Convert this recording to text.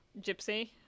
Gypsy